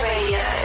Radio